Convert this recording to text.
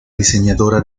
diseñadora